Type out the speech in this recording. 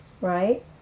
right